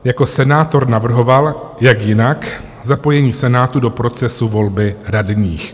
Jako senátor navrhoval jak jinak zapojení Senátu do procesu volby radních.